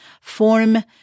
form